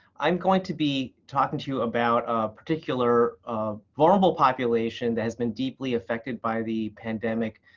i'm going to be talking to you about a particular vulnerable population that has been deeply affected by the pandemic,